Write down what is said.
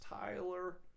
Tyler